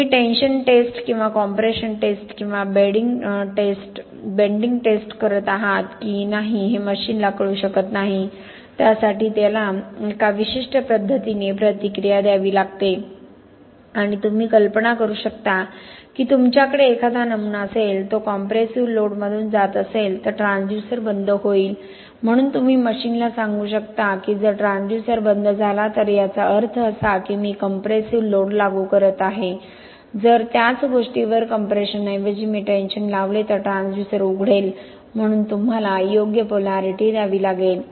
तुम्ही tension test किंवा compression test किंवा बेंडिंग टेस्ट bending testकरत आहात की नाही हे मशीनला कळू शकत नाही त्यासाठी त्याला एका विशिष्ट पद्धतीने प्रतिक्रिया द्यावी लागते आणि तुम्ही कल्पना करू शकता की तुमच्याकडे एखादा नमुना असेल तो कॉम्प्रेसिव्ह लोडमधून जात असेल तर ट्रान्सड्यूसर बंद होईल म्हणून तुम्ही मशीनला सांगू शकता की जर ट्रान्सड्यूसर बंद झाला तर याचा अर्थ असा की मी कंप्रेसिव्ह लोड लागू करत आहे जर त्याच गोष्टीवर कॉम्प्रेशनऐवजी मी टेंशन लावले तर ट्रान्सड्यूसर उघडेल म्हणून तुम्हाला योग्य पोलॅरिटी द्यावी लागेल